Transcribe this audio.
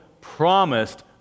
promised